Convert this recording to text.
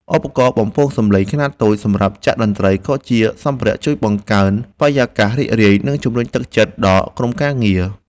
ឧបករណ៍បំពងសំឡេងខ្នាតតូចសម្រាប់ចាក់តន្ត្រី ក៏ជាសម្ភារៈជួយបង្កើនបរិយាកាសរីករាយ និងជំរុញទឹកចិត្តដល់ក្រុមការងារ។